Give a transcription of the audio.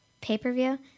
Pay-per-view